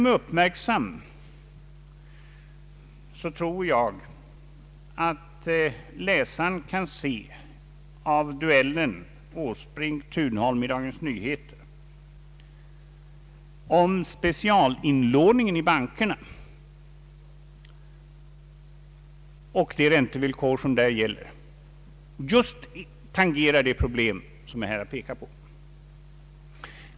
Den uppmärksamme läsaren kan finna att duellen Åsbrink—Thunholm i Dagens Nyheter om specialinlåningen i bankerna och de räntevillkor som där gäller just tangerar de problem som jag här har pekat på.